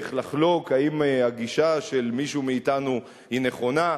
לחלוק אם הגישה של מישהו מאתנו היא נכונה,